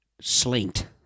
slinked